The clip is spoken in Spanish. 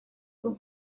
con